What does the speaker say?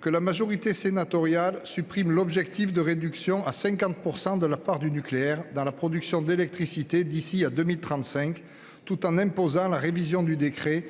que la majorité sénatoriale supprime l'objectif de réduction à 50 % de la part du nucléaire dans la production d'électricité d'ici à 2035, tout en imposant la révision du décret